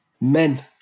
Men